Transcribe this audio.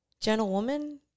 Gentlewoman